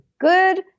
good